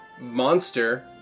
monster